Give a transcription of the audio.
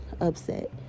upset